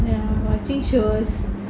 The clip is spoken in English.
ya watching shows